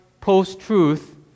post-truth